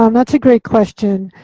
um that's a great question.